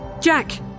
Jack